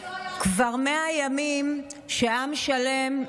כבר 100 ימים שעם שלם,